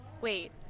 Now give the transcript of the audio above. Wait